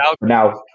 Now